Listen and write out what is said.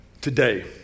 today